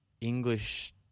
English